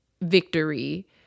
victory